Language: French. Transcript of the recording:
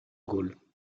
gaulle